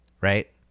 right